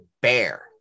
bear